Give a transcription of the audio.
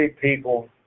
people